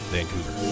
Vancouver